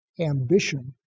ambition